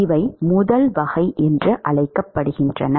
இவை முதல் வகை என்று அழைக்கப்படுகின்றன